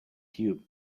hube